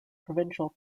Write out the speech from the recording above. provincial